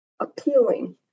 appealing